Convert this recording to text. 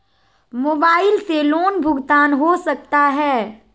Mobile से loan भुगतान हो सकता है?